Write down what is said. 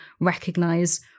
recognize